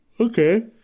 Okay